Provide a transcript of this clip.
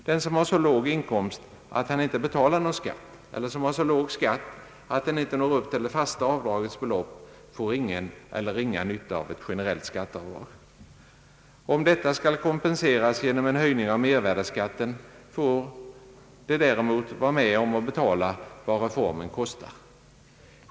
De som har så låg inkomst att de inte nu betalar någon skatt eller som har så låg skatt, att den inte når upp till det fasta avdragets belopp, får ingen eller ringa nytta av ett generellt skatteavdrag. Om detta skall kompenseras genom en höjning av mervärdeskatten får de däremot vara med om att betala vad reformen kostar.